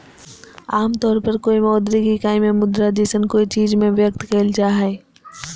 आमतौर पर कोय मौद्रिक इकाई में मुद्रा जैसन कोय चीज़ में व्यक्त कइल जा हइ